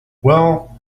well